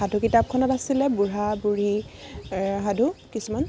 সাধু কিতাপখনত আছিলে বুঢ়া বুঢ়ী সাধু কিছুমান